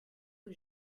que